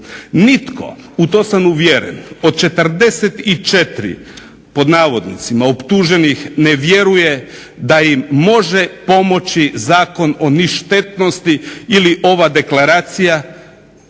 Nitko, u to sam uvjeren, od 44 "optuženih" ne vjeruje da im može pomoći Zakon o ništetnosti ili ova deklaracija